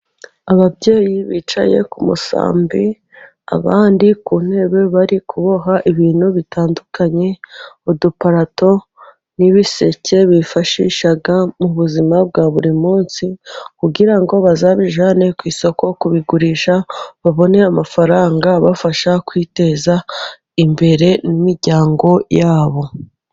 Ababyeyi bicaye ku musambi, abandi ku ntebe bari kuboha ibintu bitandukanye. Uduparato n'ibiseke bifashisha mu buzima bwa buri munsi, kugira ngo bazabijyane ku isoko kubigurisha, babone amafaranga abafasha kwiteza imbere n'imiryango yabo.